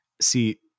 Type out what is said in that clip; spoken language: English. see